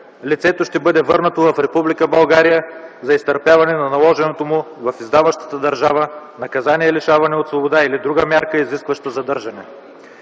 лицето ще бъде върнато в Република България за изтърпяване на наложеното му в издаващата държава наказание лишаване от свобода или друга мярка, изискваща задържане.